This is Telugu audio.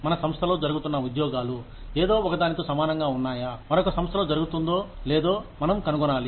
మన సంస్థలో జరుగుతున్న ఉద్యోగాలు ఏదో ఒకదానితో సమానంగా ఉన్నాయా మరొక సంస్థలో జరుగుతుందో లేదో మనం కనుగొనాలి